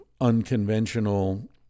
unconventional